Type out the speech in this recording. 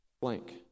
blank